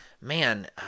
man